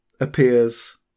appears